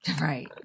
Right